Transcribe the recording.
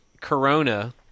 corona